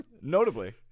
Notably